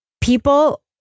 People